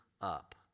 up